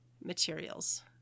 materials